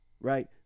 right